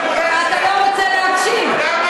למה את פוחדת להקים מרכז מורשת?